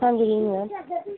ah good evening ma'am